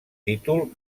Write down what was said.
títol